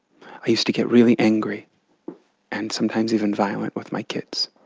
i used to get really angry and sometimes even violent with my kids,